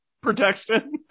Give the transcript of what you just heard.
Protection